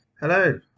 hello